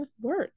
work